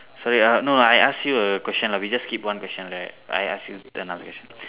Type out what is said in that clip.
sorry ah no I ask you a question lah we just skip one question right I ask you another question